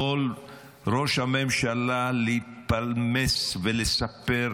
יכול ראש הממשלה להתפלמס ולספר.